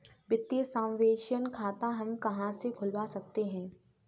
वित्तीय समावेशन खाता हम कहां से खुलवा सकते हैं?